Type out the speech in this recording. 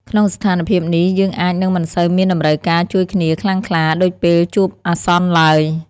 ក្នុងស្ថានភាពនេះ យើងអាចនឹងមិនសូវមានតម្រូវការជួយគ្នាខ្លាំងក្លាដូចពេលជួបអាសន្នឡើយ។